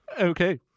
Okay